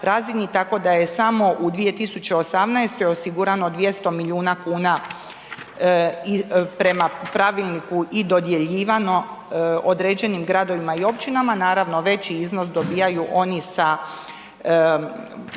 tako da je samo u 2018. osigurano 200 milijuna kuna prema pravilniku i dodjeljivano određenim gradovima i općinama, naravno, veći iznos dobijaju oni sa